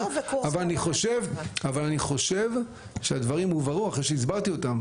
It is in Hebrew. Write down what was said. אבל אני חושב שהדברים הובהרו אחרי שהסברתי אותם,